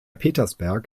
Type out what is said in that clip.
petersberg